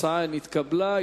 ההצעה נתקבלה,